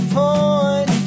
point